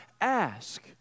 ask